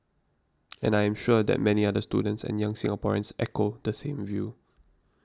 and I am sure that many other students and young Singaporeans echo the same view